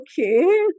okay